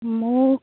মোক